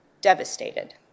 devastated